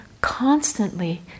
constantly